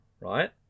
right